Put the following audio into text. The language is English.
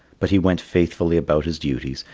but he went faithfully about his duties,